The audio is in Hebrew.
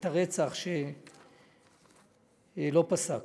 את הרצח שלא פסק.